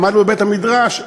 למדנו בבית-המדרש,